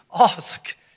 ask